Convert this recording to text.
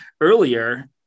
earlier